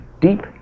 deep